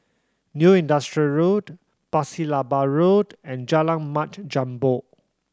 New Industrial Road Pasir Laba Road and Jalan Mat Jambol